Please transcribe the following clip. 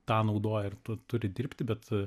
tą naudoja ir tu turi dirbti bet